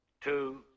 two